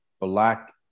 Black